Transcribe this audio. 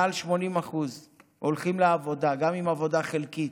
מעל 80% הולכים לעבודה, גם אם עבודה חלקית,